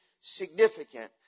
significant